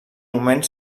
moment